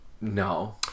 No